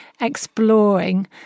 exploring